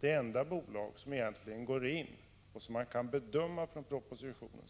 Det enda bolag som går in med riktiga värden och som man kan bedöma i propositionen